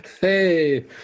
Hey